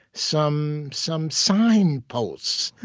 some some signposts,